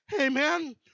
Amen